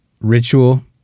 Ritual